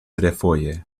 refoje